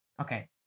Okay